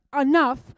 enough